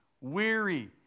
weary